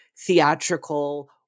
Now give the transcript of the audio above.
theatrical